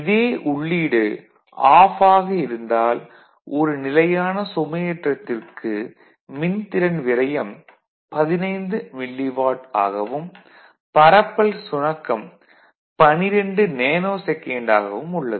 இதே உள்ளீடு ஆஃப் ஆக இருந்தால் ஒரு நிலையான சுமையேற்றத்திற்கு மின்திறன் விரயம் 15 மில்லிவாட் ஆகவும் பரப்பல் சுணக்கம் 12 நேநோ செகண்ட் ஆகவும் உள்ளது